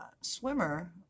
swimmer